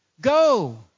Go